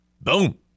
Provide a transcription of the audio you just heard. Boom